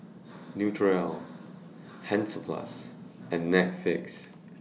Naturel Hansaplast and Netflix